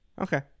okay